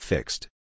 Fixed